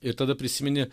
ir tada prisimeni